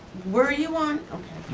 were you on, okay.